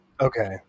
Okay